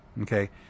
Okay